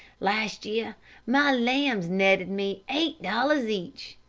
last year my lambs netted me eight dollars each.